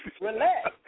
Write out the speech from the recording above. Relax